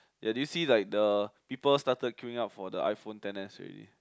ya did you see like the people started queuing up for the iPhone ten S already